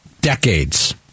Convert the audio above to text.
decades